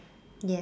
yes